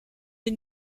les